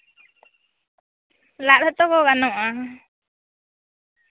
ᱞᱟᱫ ᱦᱚᱸᱛᱚ ᱠᱚ ᱜᱟᱱᱚᱜᱼᱟ